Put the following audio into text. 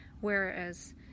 Whereas